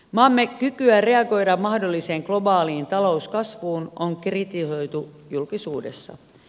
maamme kykyä reagoida mahdolliseen globaaliin talouskasvuun on kritisoitu julkisuudessa